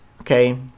okay